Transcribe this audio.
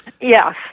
Yes